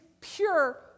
pure